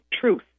truth